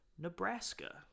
nebraska